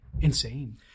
insane